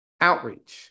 outreach